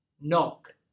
Knock